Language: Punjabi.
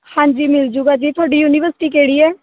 ਹਾਂਜੀ ਮਿਲਜੂਗਾ ਜੀ ਤੁਹਾਡੀ ਯੂਨੀਵਰਸਿਟੀ ਕਿਹੜੀ ਹੈ